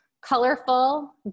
colorful